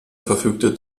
verfügte